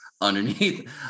underneath